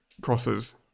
crosses